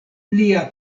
lia